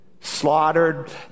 slaughtered